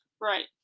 right